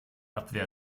abwehr